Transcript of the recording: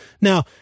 now